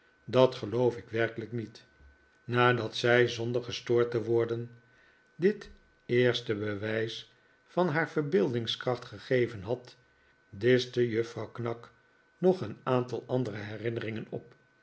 dat geloof ik werkelijk niet nadat zij zonder gestoord te worden dit eerste bewijs van haar verbeeldingskracht gegeven had dischte juffrouw knag nog een aantal andere herinneringen op